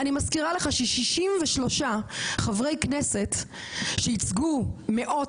אני מזכירה לך ש-63 חברי כנסת שייצגו מאות